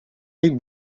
mail